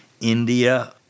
India